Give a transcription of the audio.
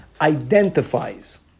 identifies